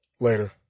Later